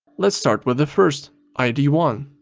let's start with the first id one.